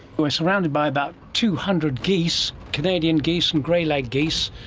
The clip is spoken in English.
we are surrounded by about two hundred geese, canadian geese and greylag geese,